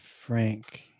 Frank